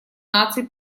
наций